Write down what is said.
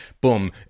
boom